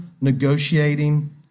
negotiating